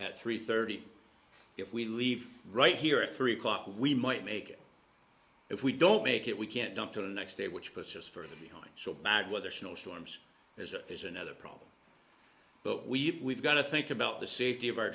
at three thirty if we leave right here at three o'clock we might make it if we don't make it we can't jump to the next day which pushes further behind so bad weather snowstorms there's a there's another problem but we got to think about the safety of our